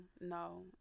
no